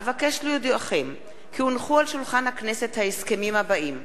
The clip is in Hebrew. אבקש להודיעכם כי הונחו על שולחן הכנסת ההסכמים הבאים: